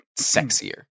sexier